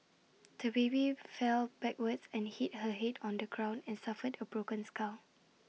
the baby fell backwards and hit her Head on the ground and suffered A broken skull